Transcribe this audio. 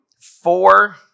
four